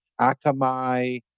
Akamai